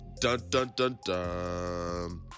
dun-dun-dun-dun